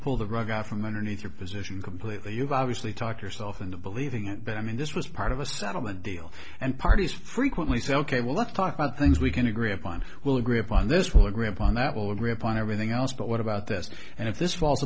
pull the rug out from underneath your position completely you've obviously talk yourself into believing it but i mean this was part of a settlement deal and parties frequently say ok well let's talk about things we can agree upon we'll agree upon this will agree upon that will agree upon everything else but what about this and if this falls